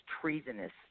treasonous